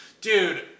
Dude